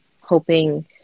hoping